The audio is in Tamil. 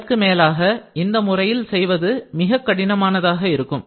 இதற்கு மேலாக இந்த முறையில் செய்வது மிகக் கடினமானதாக இருக்கும்